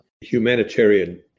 Humanitarian